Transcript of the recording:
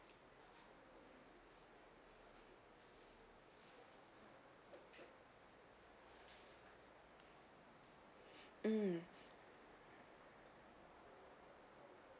mm